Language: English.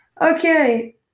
Okay